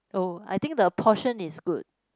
oh I think the portion is good